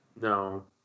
No